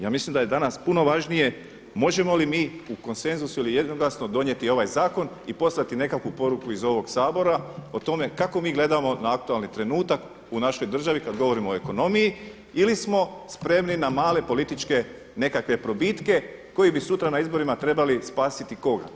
Ja mislim da je danas puno važnije, možemo li mi danas u konsenzusu ili jednoglasno dobiti ovaj zakon i poslati nekakvu poruku iz ovog sabora o tome kako mi gledamo na aktualni trenutak u našoj državi kada govorimo o ekonomiji ili smo spremni na male političke nekakve probitke koji bi sutra na izborima trebali spasiti koga?